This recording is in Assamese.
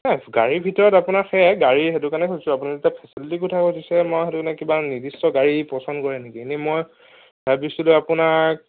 গাড়ীৰ ভিতৰত আপোনাৰ আছে গাড়ী সেইটো কাৰণে সুধিছো আপুনি এতিয়া ফেচিলিতিৰ কথা সুধিছে ন সেইটো কাৰণে কিবা নিৰ্দিষ্ট গাড়ী পচন্দ কৰে নেকি নে মই ভাবিছিলোঁ আপোনাক